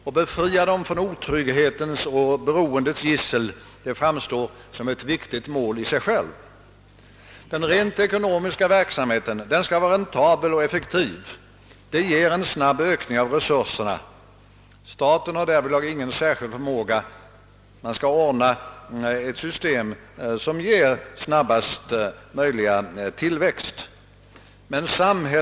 Om vi reviderar postbanken och säger att den nästa år skall få ändrade instruktioner, betyder väl inte detta att man därigenom har sagt att postbanken nu skall avskaffas, varpå en ny bank skall upprättas. Hela hans sätt att argumentera är onekligen mycket överraskande.